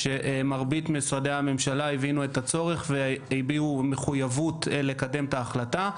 שמרבית משרדי הממשלה הבינו את הצורך והביעו מחויבות לקדם את ההחלטה.